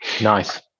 Nice